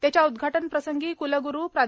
त्याच्या उदघाटनप्रसंगी कुलगुरु प्रा